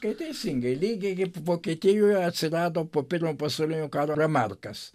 kai teisingai lygiai kaip vokietijoje atsirado po pirmo pasaulinio karo remarkas